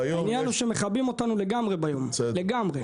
העניין הוא שביום מכבים אותנו לגמרי, לגמרי.